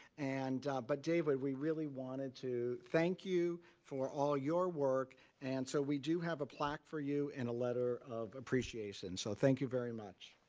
and but david we really wanted to thank you for all your work and so we do have a plaque for you and a letter of appreciation. so thank you very much.